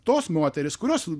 tos moterys kurios